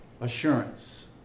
assurance